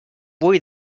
vull